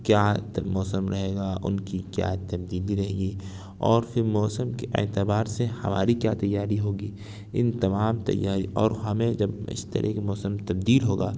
کیا تب موسم رہے گا ان کی کیا تبدیلی رہے گی اور پھر موسم کے اعتبار سے ہماری کیا تیاری ہوگی ان تمام تیاری اور ہمیں جب اس طرح کے موسم تبدیل ہوگا